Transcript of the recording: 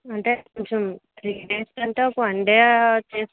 అంటే కొంచెం three days కంటే ఒక వన్ డే చేసు